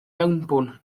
mewnbwn